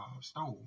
stove